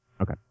Okay